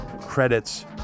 credits